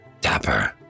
Tapper